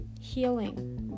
healing